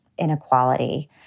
inequality